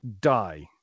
die